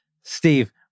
Steve